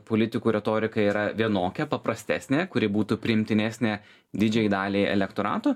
politikų retorika yra vienokia paprastesnė kuri būtų priimtinesnė didžiajai daliai elektorato